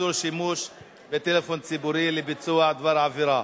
(איסור שימוש בטלפון ציבורי לביצוע דבר עבירה),